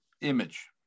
image